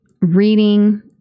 reading